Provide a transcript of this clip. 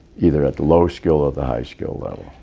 either at the lower skill or the high skill level.